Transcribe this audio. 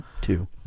two